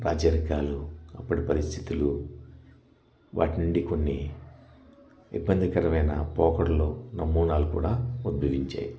రాాజరికాలు అప్పటి పరిస్థితులు వాటి నుండి కొన్ని ఇబ్బందికరమైన పోకడలో నమూనాలు కూడా ఉద్భవించాయి